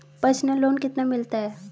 Personal loan कितना मिलता है?